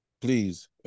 please